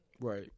Right